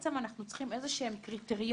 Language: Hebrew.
בעצם אנחנו צריכים איזה שהם קריטריונים